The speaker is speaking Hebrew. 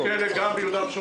בבקשה,